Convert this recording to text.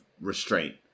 restraint